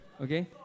Okay